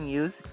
use